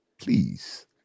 please